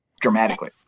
dramatically